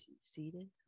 seated